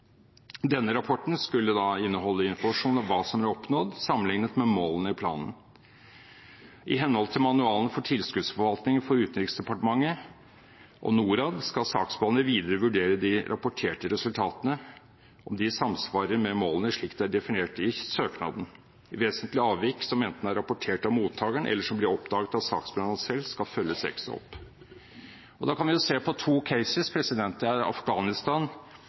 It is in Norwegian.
Denne rapporten skulle inneholde informasjon om hva som ble oppnådd, sammenlignet med målene i planen. I henhold til manualen for tilskuddsforvaltningen for Utenriksdepartementet og Norad skal saksbehandler videre vurdere de rapporterte resultatene, om de samsvarer med målene slik de er definert i søknaden. Vesentlige avvik som enten er rapportert av mottakeren, eller som blir oppdaget av saksbehandleren selv, skal følges ekstra opp. Da kan vi se på to caser: Afghanistan og Bosnia-Hercegovina. Når det gjelder førstnevnte land, viste altså dokumentanalysen for de fem prosjektene i Afghanistan